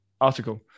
article